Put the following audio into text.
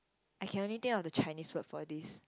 I can only think of the Chinese word for this